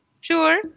Sure